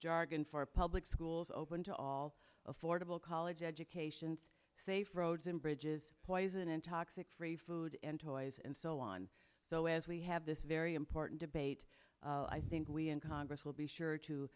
jargon for public schools open to all affordable college educations safe roads and bridges poison and toxic free food and toys and so on so as we have this very important debate i think we in congress will be sure